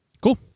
cool